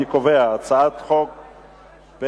אני קובע שהצעת חוק פ/901,